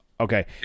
Okay